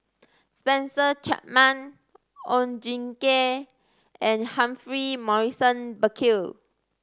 Spencer Chapman Oon Jin Gee and Humphrey Morrison Burkill